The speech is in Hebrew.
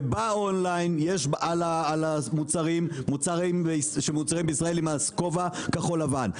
ובאונליין יש על המוצרים שמיוצרים בישראל את הכובע כחול לבן.